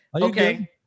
Okay